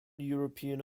european